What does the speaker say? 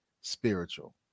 spiritual